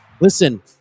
Listen